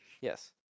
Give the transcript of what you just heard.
Yes